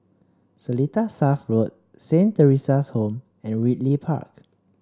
Seletar South Road Saint Theresa's Home and Ridley Park